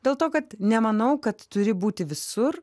dėl to kad nemanau kad turi būti visur